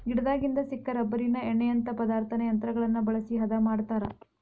ಗಿಡದಾಗಿಂದ ಸಿಕ್ಕ ರಬ್ಬರಿನ ಎಣ್ಣಿಯಂತಾ ಪದಾರ್ಥಾನ ಯಂತ್ರಗಳನ್ನ ಬಳಸಿ ಹದಾ ಮಾಡತಾರ